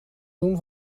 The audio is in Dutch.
doen